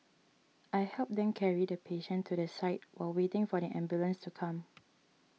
I helped them carry the patient to the side while waiting for the ambulance to come